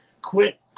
quit